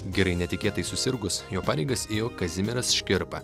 girai netikėtai susirgus jo pareigas ėjo kazimieras škirpa